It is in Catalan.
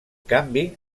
canvi